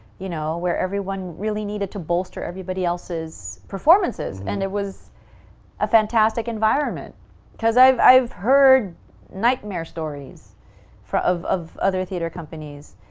you know? where everyone really needed to bolster everybody else's performances. and it was a fantastic environment because i've i've heard nightmare stories for of of other theatre companies,